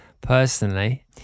personally